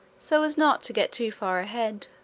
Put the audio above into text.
so as not to get too far ahead.